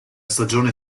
stagione